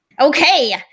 okay